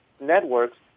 networks